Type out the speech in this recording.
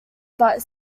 but